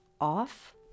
off